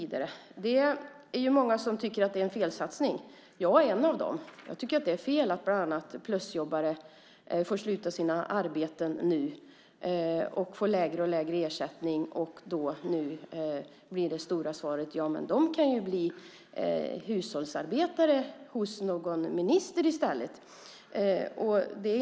Det är många som tycker att det här är en felsatsning. Jag är en av dem. Jag tycker att det är fel att bland andra plusjobbare får sluta sina arbeten nu och får allt lägre ersättning. Då blir det stora svaret: De kan ju bli hushållsarbetare hos någon minister i stället!